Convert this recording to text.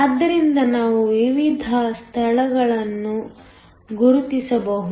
ಆದ್ದರಿಂದ ನಾವು ವಿವಿಧ ಸ್ಥಳಗಳನ್ನು ಗುರುತಿಸಬಹುದು